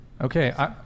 okay